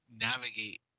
navigate